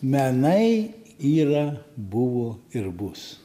menai yra buvo ir bus